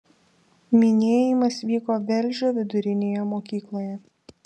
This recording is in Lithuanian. minėjimas vyko velžio vidurinėje mokykloje